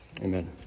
Amen